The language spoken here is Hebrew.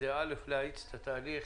כדי להאיץ את התהליך.